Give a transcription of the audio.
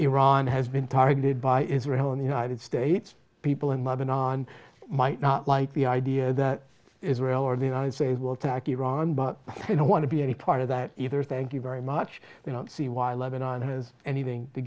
iran has been targeted by israel in the united states people in modern on might not like the idea that israel or the united states will track iran but they don't want to be any part of that either thank you very much they don't see why lebanon and has anything to